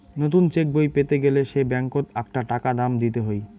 নতুন চেকবই পেতে গেলে সে ব্যাঙ্কত আকটা টাকা দাম দিত হই